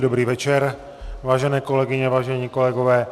Dobrý večer, váženém kolegyně, vážení kolegové.